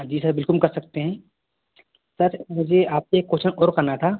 हाँ जी सर बिलकुल कर सकते हैं सर मुझे आपसे एक क्वोश्चन और करना था